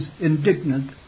indignant